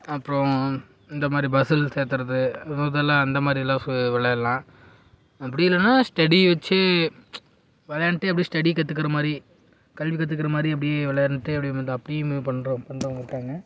அப்புறம் இந்த மாதிரி பஸ்ஸில் சேர்த்தறது முதலில் அந்த மாதிரி எல்லாம் ஃபு விளையாடலாம் அப்படி இல்லைன்னா ஸ்டடி வச்சு விளையாண்டுட்டு அப்படியே ஸ்டடி கற்றுக்கிற மாதிரி கல்வி கற்றுக்கிற மாதிரி அப்படியே விளையாண்டுட்டு அப்படியே அப்படியேம்மு பண்ணுறோம் பண்ணுறவுங்க இருப்பாங்க